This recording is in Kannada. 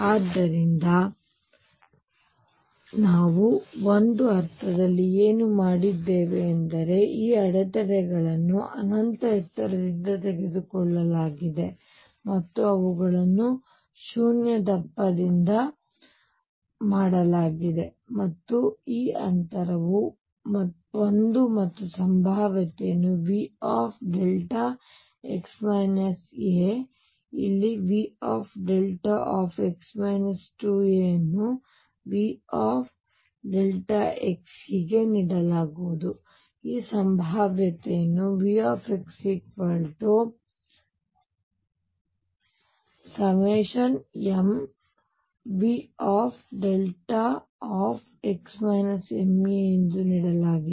ಆದ್ದರಿಂದ ನಾವು ಒಂದು ಅರ್ಥದಲ್ಲಿ ಏನು ಮಾಡಿದ್ದೇವೆ ಎಂದರೆ ಈ ಅಡೆತಡೆಗಳನ್ನು ಅನಂತ ಎತ್ತರದಿಂದ ತೆಗೆದುಕೊಳ್ಳಲಾಗಿದೆ ಮತ್ತು ಅವುಗಳನ್ನು ಶೂನ್ಯ ದಪ್ಪದಿಂದ ಮಾಡಲಾಗಿದೆ ಮತ್ತು ಈ ಅಂತರವು ಒಂದು ಮತ್ತು ಸಂಭಾವ್ಯತೆಯನ್ನು Vδx a ಇಲ್ಲಿ Vδx 2a ಅನ್ನು Vδಹೀಗೆ ನೀಡಲಾಗುವುದು ಆದ್ದರಿಂದ ಈಗ ಸಂಭಾವ್ಯತೆಯನ್ನು V mVδ ಎಂದು ನೀಡಲಾಗಿದೆ